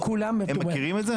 הם מכירים את זה.